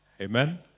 Amen